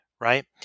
right